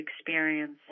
experience